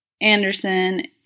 Anderson